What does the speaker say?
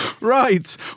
right